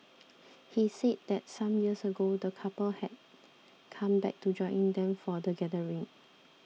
he said that some years ago the couple had come back to join them for the gathering